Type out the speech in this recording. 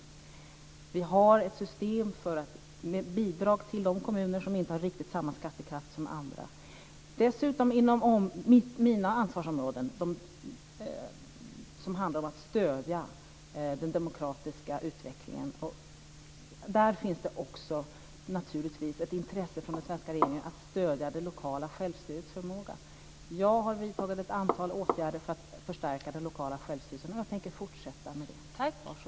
Vi har ett system med bidrag till de kommuner som inte har riktigt samma skattekraft som andra. Inom mina ansvarsområden finns dessutom exempel som handlar om att stödja den demokratiska utvecklingen. Där finns det naturligtvis också ett intresse från den svenska regeringen att stödja den lokala självstyrelsens förmåga. Jag har vidtagit ett antal åtgärder för att förstärka den lokala självstyrelsen, och jag tänker fortsätta med det. Var så säker!